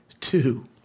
two